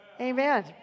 Amen